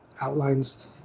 outlines